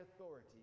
authority